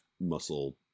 muscle